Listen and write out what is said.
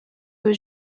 que